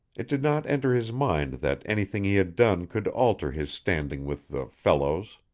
it did not enter his mind that anything he had done could alter his standing with the fellows.